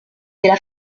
della